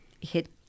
hit